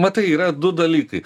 matai yra du dalykai